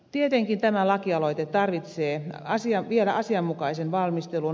tietenkin tämä lakialoite tarvitsee vielä asianmukaisen valmistelun